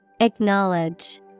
Acknowledge